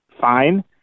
fine